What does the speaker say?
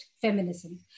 feminism